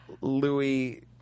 Louis